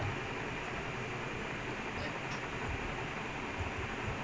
it's similar lah but the talent not there lah compared to messi like